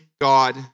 God